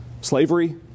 slavery